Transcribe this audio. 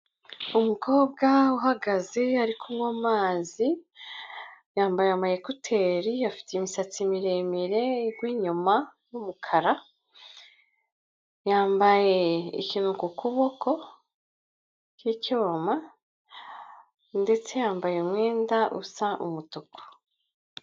Umukobwa uhagaze ari kunywa amazi, yambaye ama ekuteri, afite imisatsi miremire, igwa inyuma y'umukara, yambaye ikintu ku kuboko cy'icyuma ndetse yambaye umwenda usa umutuku.